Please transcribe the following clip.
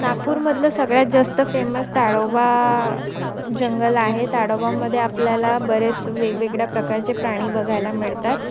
नागपूरमधलं सगळ्यात जास्त फेमस ताडोबा जंगल आहे ताडोबामध्ये आपल्याला बरेच वेगवेगळ्या प्रकारचे प्राणी बघायला मिळतात